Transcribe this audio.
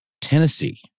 Tennessee